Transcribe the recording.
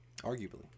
arguably